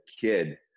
kid